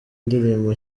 indirimbo